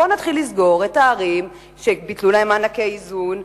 בואו נתחיל לסגור את הערים שביטלו להן מענקי איזון,